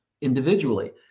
individually